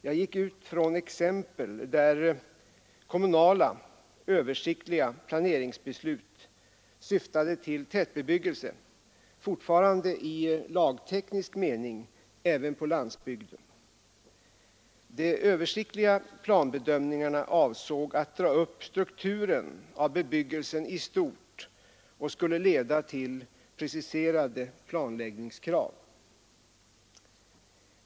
Jag gick ut från exempel där kommunala översiktliga planeringsbeslut syftade till tätbebyggelse — fortfarande i lagteknisk mening — även på landsbygden. De översiktliga planbedömningarna avsåg att dra upp strukturen av bebyggelsen i stort och skulle leda till preciserade planläggningskrav.